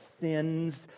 sins